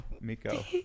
Miko